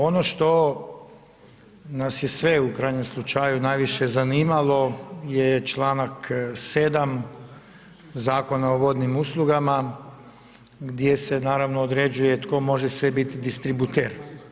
Ono što nas je sve u krajnjem slučaju najviše zanimalo je članak 7. Zakona o vodnim uslugama gdje se naravno određuje tko može sve biti distributer.